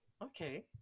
Okay